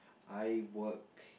I work